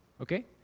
Okay